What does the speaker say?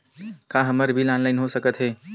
का हमर bill online हो सकत हे?